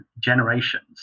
generations